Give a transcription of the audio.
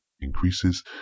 increases